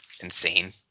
insane